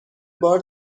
بار